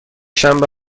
شنبه